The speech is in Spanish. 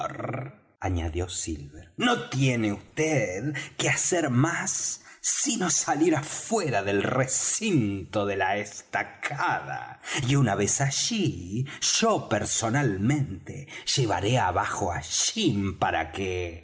añadió silver no tiene vd que hacer más sino salir afuera del recinto de la estacada y una vez allí yo personalmente llevaré abajo á jim para que